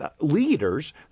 leaders